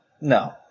no